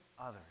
others